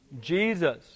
Jesus